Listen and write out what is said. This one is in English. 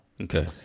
okay